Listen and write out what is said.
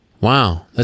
Wow